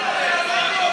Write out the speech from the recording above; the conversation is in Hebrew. תן לנו להשיב.